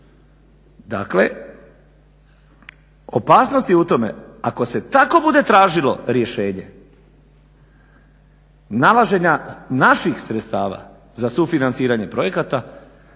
Dakle opasnost je u tome, ako se tako bude tražilo rješenje nalaženja naših sredstava za sufinanciranje projekata